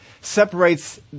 separates